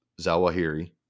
Zawahiri